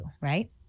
right